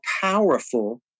powerful